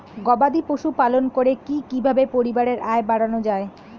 গবাদি পশু পালন করে কি কিভাবে পরিবারের আয় বাড়ানো যায়?